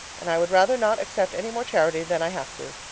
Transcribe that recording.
and i would rather not accept any more charity than i have to.